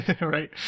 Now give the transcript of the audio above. right